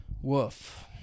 Woof